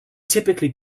typically